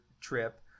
trip